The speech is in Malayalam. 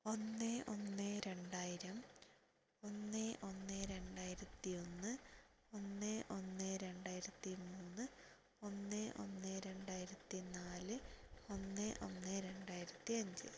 ഒന്ന് ഒന്ന് രണ്ടായിരം ഒന്ന് ഒന്ന് രണ്ടായിരത്തി ഒന്ന് ഒന്ന് ഒന്ന് രണ്ടായിരത്തി മൂന്ന് ഒന്ന് ഒന്ന് രണ്ടായിരത്തി നാല് ഒന്ന് ഒന്ന് രണ്ടായിരത്തി അഞ്ച്